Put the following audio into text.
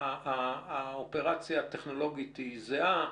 האופרציה הטכנולוגית היא זהה,